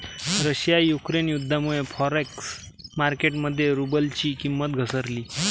Russia Ukraine युद्धामुळे forex market मध्ये रुबलची किंमत घसरली